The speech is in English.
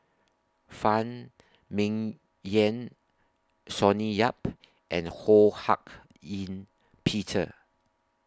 Phan Ming Yen Sonny Yap and Ho Hak Ean Peter